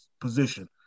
position